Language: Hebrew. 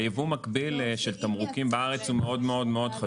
היבוא המקביל של תמרוקים בארץ הוא מאוד מאוד חשוב.